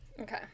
okay